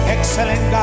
Excellent